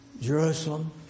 Jerusalem